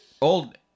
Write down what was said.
old